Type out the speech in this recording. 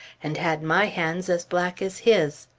and had my hands as black as his.